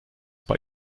bei